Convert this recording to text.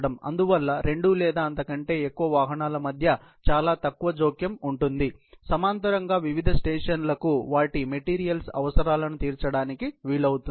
అందువల్ల రెండు లేదా అంతకంటే ఎక్కువ వాహనాల మధ్య చాలా తక్కువ జోక్యం ఉంటుంది సమాంతరంగా వివిధ స్టేషన్లకు వాటి మెటీరియల్స్ అవసరాలను తీర్చడానికి వీలవుతుంది